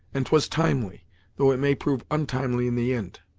and twas timely though it may prove ontimely in the ind!